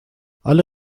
alle